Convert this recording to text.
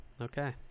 okay